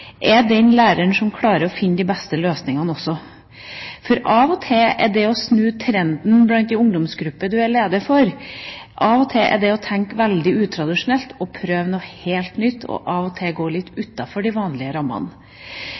er den læreren som klarer å finne de beste løsningene også. Det å snu trenden i den ungdomsgruppa man er leder for, er av og til å tenke veldig utradisjonelt og prøve noe helt nytt, og av og til å gå litt utenfor de vanlige rammene.